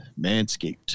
Manscaped